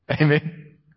Amen